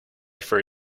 for